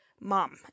mom